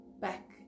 back